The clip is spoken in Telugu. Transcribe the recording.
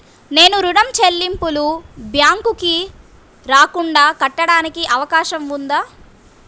నేను ఋణం చెల్లింపులు బ్యాంకుకి రాకుండా కట్టడానికి అవకాశం ఉందా?